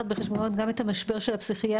לקחת בחשבון גם את המשבר של הפסיכיאטריה,